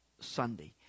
Sunday